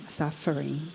suffering